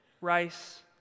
rice